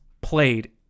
played